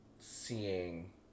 seeing